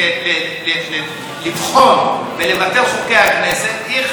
לבחון ולבטל חוקי כנסת היא אחד מהיסודות